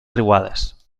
riuades